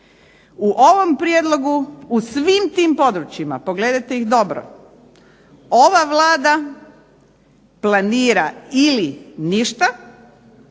U ovom prijedlogu u svim tim područjima, pogledajte ih dobro, ova Vlada planira ili ništa